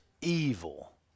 evil